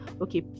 okay